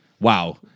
wow